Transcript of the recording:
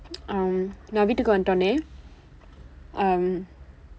um நான் வீட்டுக்கு வந்தவுடன்:naan viitdukku vandthavudan um